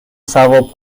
ثواب